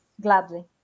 Gladly